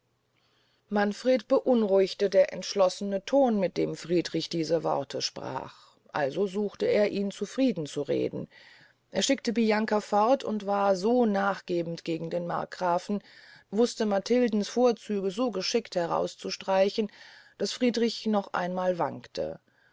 manfreden beunruhigte der entschlossene ton mit dem friedrich diese worte sprach also suchte er ihn zufrieden zu reden er schickte bianca fort und war so nachgebend gegen den markgrafen wußte matildens vorzüge so geschickt herauszustreichen daß friedrich noch einmal wankte